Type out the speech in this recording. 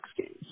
Games